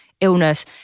illness